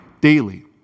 Daily